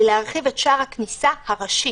היא להרחיב את שער הכניסה הראשי.